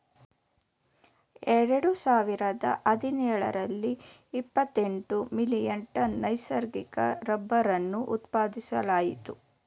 ಎರಡು ಸಾವಿರದ ಹದಿನೇಳರಲ್ಲಿ ಇಪ್ಪತೆಂಟು ಮಿಲಿಯನ್ ಟನ್ ನೈಸರ್ಗಿಕ ರಬ್ಬರನ್ನು ಉತ್ಪಾದಿಸಲಾಯಿತು